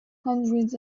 hundreds